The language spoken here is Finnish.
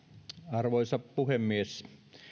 arvoisa puhemies